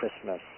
Christmas